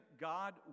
God